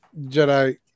Jedi